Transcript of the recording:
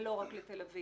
ולא רק לתל-אביב.